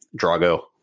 Drago